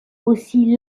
aussi